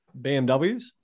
BMWs